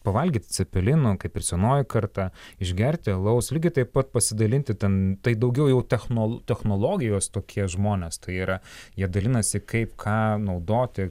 pavalgyt cepelinų kaip ir senoji karta išgerti alaus lygiai taip pat pasidalinti ten tai daugiau jau technol technologijos tokie žmonės tai yra jie dalinasi kaip ką naudoti